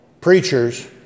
preachers